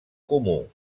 comú